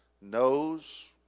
knows